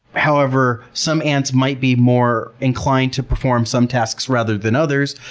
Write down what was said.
however, some ants might be more inclined to perform some tasks rather than others.